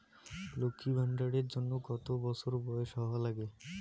লক্ষী ভান্ডার এর জন্যে কতো বছর বয়স হওয়া লাগে?